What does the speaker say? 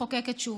מחוקקת שוב,